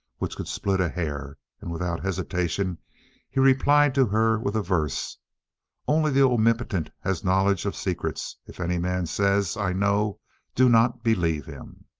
which could split a hair, and without hesitation he replied to her with a verse only the omnipotent has knowledge of secrets if any man says, i know do not believe him